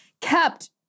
kept